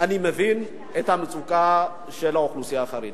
אני מבין את המצוקה של האוכלוסייה החרדית.